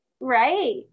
Right